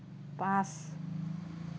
পাঁচ